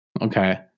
Okay